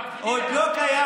עוד לא קיים,